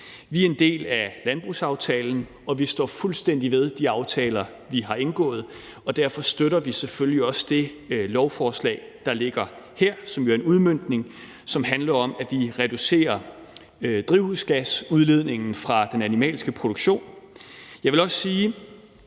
Vi er en del af landbrugsaftalen, og vi står fuldstændig ved de aftaler, vi har indgået, og derfor støtter vi selvfølgelig også det lovforslag, der ligger her, som jo er en udmøntning, der handler om, at vi reducerer drivhusgasudledningen fra den animalske produktion. Jeg vil også sige